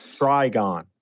Trigon